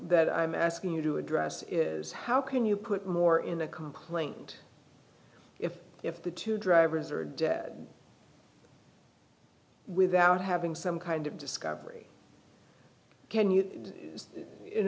that i'm asking you to address is how can you put more in a complaint if if the two drivers are dead without having some kind of discovery